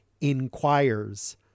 inquires